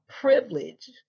privilege